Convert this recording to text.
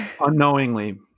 unknowingly